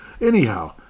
Anyhow